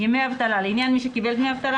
"ימי אבטלה" לעניין מי שקיבל דמי אבטלה